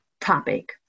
topic